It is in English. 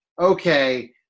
okay